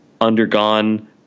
undergone